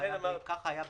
למשל, כך היה בדו-שנתיים.